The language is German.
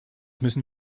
müssten